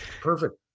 Perfect